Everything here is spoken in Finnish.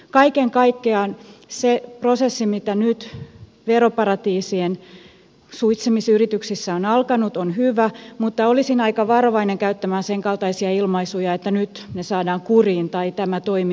kaiken kaikkiaan se prosessi joka nyt veroparatiisien suitsimisyrityksissä on alkanut on hyvä mutta olisin aika varovainen käyttämään senkaltaisia ilmaisuja että nyt ne saadaan kuriin tai tämä toimi on merkittävä